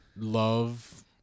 Love